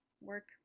work